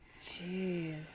Jeez